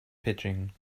pitching